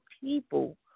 people